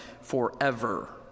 forever